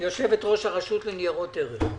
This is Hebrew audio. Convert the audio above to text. יושבת-ראש הרשות לניירות ערך.